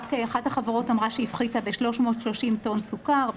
אחת החברות אמרה שהיא הפחיתה ב-330 טון סוכר,